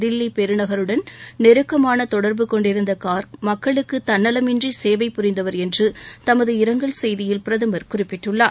தில்லி பெருநகருடன் நெருக்கமான தொடர்பு கொண்டிருந்த கார்க் மக்களுக்கு தன்னவமின்றி சேவை புரிந்தவர் என்று தமது இரங்கல் செய்தியில் பிரதமர் குறிப்பிட்டுள்ளார்